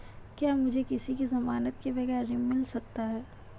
क्या मुझे किसी की ज़मानत के बगैर ऋण मिल सकता है?